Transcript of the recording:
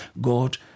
God